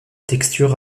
texture